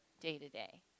day-to-day